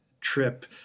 trip